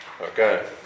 Okay